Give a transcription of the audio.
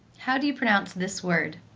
how do you pronounce this word?